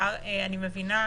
מבינה